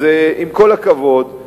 אז עם כל הכבוד,